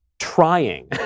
trying